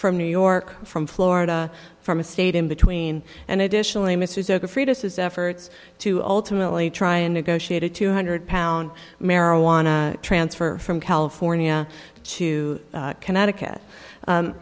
from new york from florida from a state in between and additionally mr zucker foetuses efforts to ultimately try and negotiate a two hundred pound marijuana transfer from california to connecticut